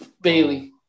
Bailey